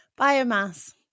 Biomass